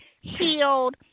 healed